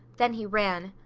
then he ran.